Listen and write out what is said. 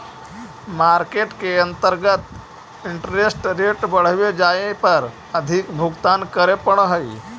market के अंतर्गत interest rate बढ़वे जाए पर अधिक भुगतान करे पड़ऽ हई